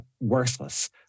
worthless